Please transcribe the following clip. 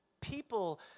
People